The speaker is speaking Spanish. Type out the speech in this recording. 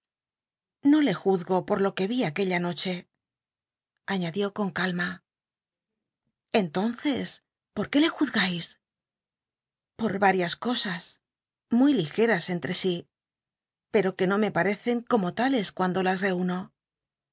no le juzgo por lo c ue aquella noche aiiadió con calma entonces por ué le juzgais i or ll'ias cosas muy li eas en si pero qne no me parecen como tales cuando las reuno